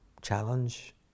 Challenge